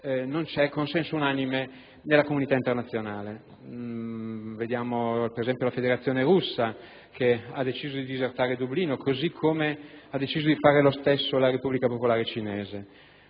non c'è consenso unanime nella comunità internazionale. Vediamo ad esempio la Federazione russa, che ha deciso di disertare la Conferenza di Dublino, così come ha deciso di fare la Repubblica popolare cinese,